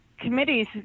committees